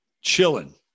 chilling